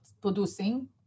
producing